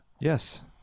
Yes